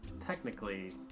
technically